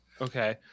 Okay